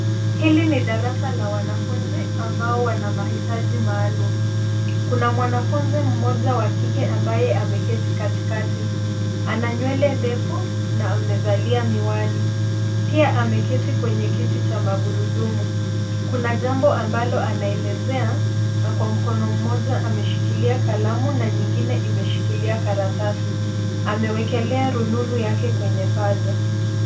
Hili ni darasa la wanafunzi ambao wana mahitaji maalum. Kuna mwanafunzi mmoja wa kike ambaye ameketi katikati, ana nywele ndefu na amevalia miwani. Pia ameketi kwenye kiti cha magurudumu. Kuna jambo ambalo anaelezea na kwa mkono mmoja ameshikilia kalamu na nyingine imeshikilia karatasi. Amewekelea rununu yake kwenye paja.